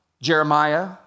Jeremiah